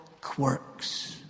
quirks